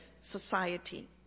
society